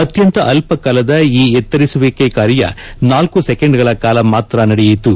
ಅತ್ಯಂತ ಅಲ್ಪ ಕಾಲದ ಈ ಎತ್ತರಿಸುವಿಕೆ ಕಾರ್ಯ ನಾಲ್ಲು ಸೆಕೆಂಡ್ಗಳ ಕಾಲ ಮಾತ್ರ ನಡೆಯಿತು